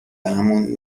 بهمون